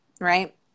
right